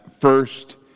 first